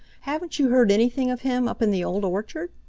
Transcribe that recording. haven't you heard anything of him up in the old orchard?